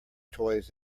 toys